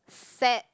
sad